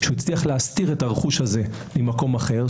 שהצליח להסתיר את הרכוש הזה ממקום אחר,